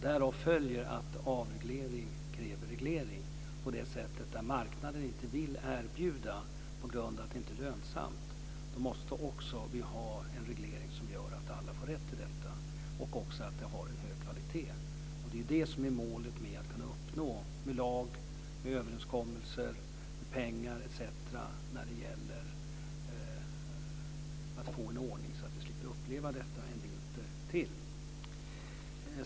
Därav följer att avreglering kräver reglering på det sättet att där marknaden inte vill erbjuda el på grund av att det inte är lönsamt så måste vi också ha en reglering som gör att alla får rätt till el och också att den har en hög kvalitet. Det är ju det som är målet att kunna uppnå med lag, med överenskommelser, med pengar etc., när det gäller att få en ordning så att vi slipper uppleva detta en vinter till.